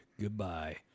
Goodbye